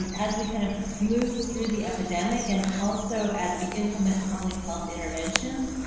and as we kind of move through the epidemic and also as we implement public health interventions,